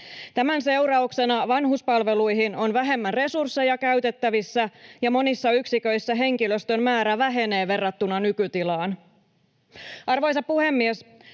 Tämän seurauksena vanhuspalveluihin on vähemmän resursseja käytettävissä, ja monissa yksiköissä henkilöstön määrä vähenee verrattuna nykytilaan. Arvoisa puhemies!